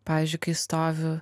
pavyzdžiui kai stoviu